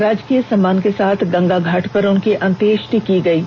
राजकीय सम्मान के साथ गंगा घाट पर उनकी अन्त्येष्टि कर दी गयी